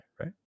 right